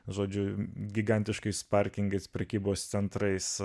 žodžiu gigantiškais parkingais prekybos centrais